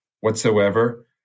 whatsoever